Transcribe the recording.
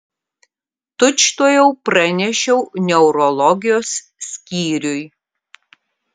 tučtuojau pranešiau neurologijos skyriui